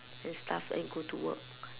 and stuff and go to work